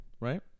Right